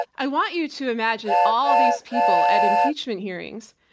i want you to imagine all these people at impeachment hearings,